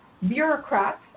bureaucrats